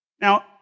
Now